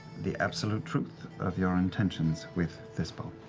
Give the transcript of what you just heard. the absolute truth of your intentions with this bowl.